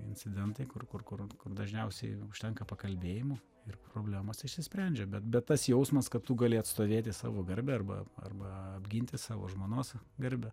incidentai kur kur kur dažniausiai užtenka pakalbėjimų ir problemos išsisprendžia bet bet tas jausmas kad tu gali atstovėti savo garbę arba arba apginti savo žmonos garbę